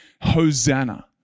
hosanna